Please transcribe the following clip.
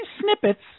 snippets